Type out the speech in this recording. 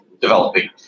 developing